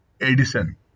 Edison